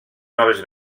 noves